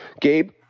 Gabe